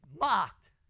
mocked